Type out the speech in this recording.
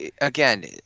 again